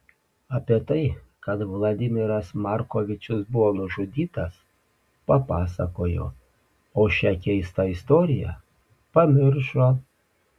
apie tai kad vladimiras markovičius buvo nužudytas papasakojo o šią keistą istoriją pamiršo